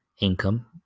income